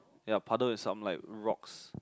ya puddle with some like rocks